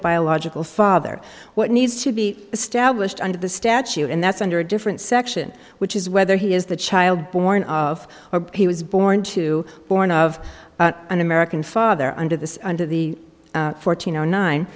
biological father what needs to be established under the statute and that's under a different section which is whether he is the child born of or he was born to born of an american father under this under the fourteen